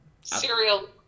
Cereal